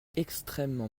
extrêmement